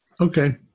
Okay